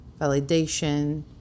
validation